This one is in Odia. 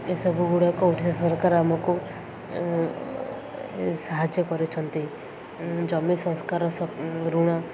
ଏସବୁ ଗୁଡ଼ାକ ଓଡ଼ିଶା ସରକାର ଆମକୁ ସାହାଯ୍ୟ କରିଛନ୍ତି ଜମି ସଂସ୍କାର ଋଣ